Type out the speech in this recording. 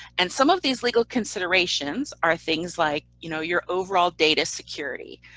and some of these legal considerations are things like, you know, your overall data security.